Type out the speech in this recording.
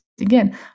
again